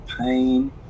pain